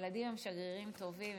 הילדים הם שגרירים טובים.